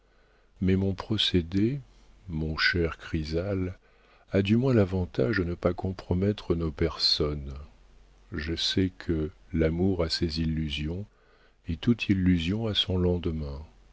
mais mon procédé mon cher chrysale a du moins l'avantage de ne pas compromettre nos personnes je sais que l'amour a ses illusions et toute illusion a son lendemain